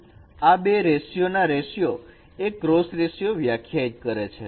તેથી આ બે રેશીયો ના રેશીયો એ ક્રોસ રેશીયો વ્યાખ્યાયિત કરે છે